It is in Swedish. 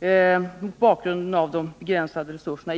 de förslag som har framlagts mot bakgrund av de begränsade resurserna.